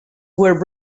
were